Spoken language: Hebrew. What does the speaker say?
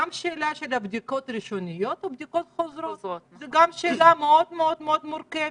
גם השאלה של בדיקות ראשוניות ובדיקות חוזרות היא שאלה מאוד מורכבת.